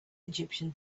egyptian